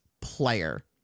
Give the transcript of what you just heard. player